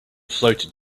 floated